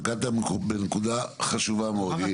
נגעת בנקודה חשובה מאוד.